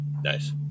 Nice